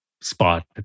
spot